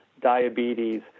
diabetes